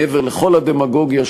מעבר לכל הדמגוגיה,